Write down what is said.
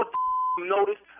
notice